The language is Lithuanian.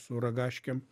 su ragaškėm